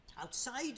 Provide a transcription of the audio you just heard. outside